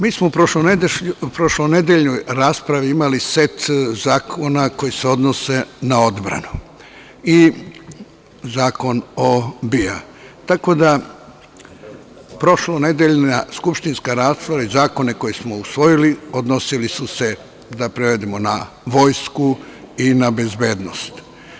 Mi smo u prošlonedeljnoj raspravi imali set zakona koji se odnose na odbranu i Zakon o BIA, tako da prošlonedeljna skupštinska rasprava i zakone koje smo usvojili odnosili su se, da prevedemo, na Vojsku i na bezbednost.